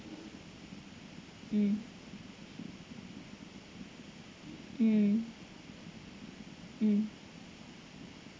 mm mm mm